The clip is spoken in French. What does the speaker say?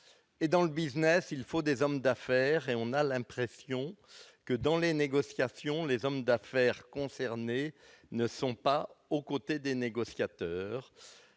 et dans le Business, il faut des hommes d'affaires et on a l'impression que dans les négociations, les hommes d'affaires concernées ne sont pas au côté des négociateurs